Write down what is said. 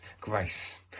grace